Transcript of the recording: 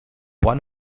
one